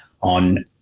on